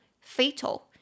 Fatal